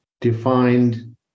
defined